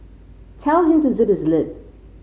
tell him to zip his lip